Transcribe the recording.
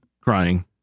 crying